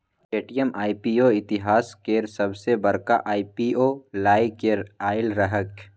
Paytm IPO इतिहास केर सबसॅ बड़का आई.पी.ओ लए केँ आएल रहैक